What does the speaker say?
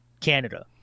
Canada